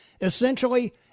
essentially